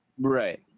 Right